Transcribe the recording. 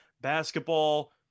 basketball